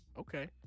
Okay